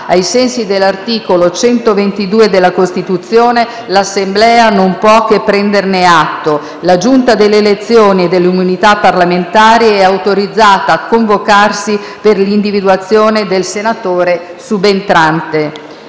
ai sensi dell'articolo 122 della Costituzione, l'Assemblea non può che prenderne atto. La Giunta delle elezioni e delle immunità parlamentari è autorizzata a convocarsi per l'individuazione del senatore subentrante.